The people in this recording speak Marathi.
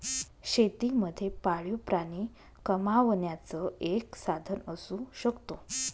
शेती मध्ये पाळीव प्राणी कमावण्याचं एक साधन असू शकतो